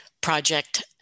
project